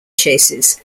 chases